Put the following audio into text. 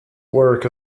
work